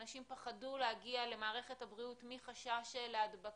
אנשים פחדו להגיע למערכת הבריאות מחשש להדבקה.